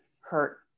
hurt